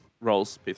rolls